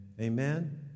Amen